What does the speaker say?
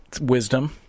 wisdom